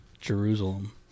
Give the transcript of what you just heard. Jerusalem